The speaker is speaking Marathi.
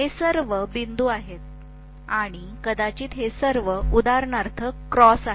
हे सर्व बिंदू आहेत आणि कदाचित हे सर्व उदाहरणार्थ क्रॉस आहेत